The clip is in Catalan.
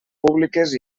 públiques